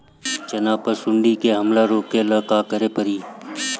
चना पर सुंडी के हमला रोके ला का करे के परी?